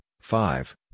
Five